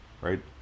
right